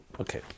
Okay